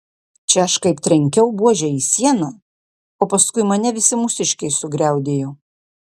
čia aš kaip trenkiau buože į sieną o paskui mane visi mūsiškiai sugriaudėjo